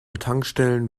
tankstellen